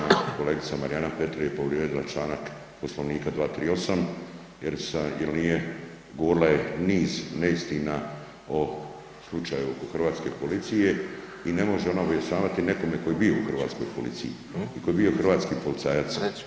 Uvažena kolegica Marijana Petir je povrijedila članak Poslovnika 238., jer nije, govorila je niz neistina o slučaju hrvatske policije i ne može ona objašnjavati nekome tko je bio u hrvatskoj policiji i tko je bio hrvatski policajac.